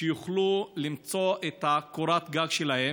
שיוכלו למצוא את קורת הגג שלהם.